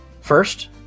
First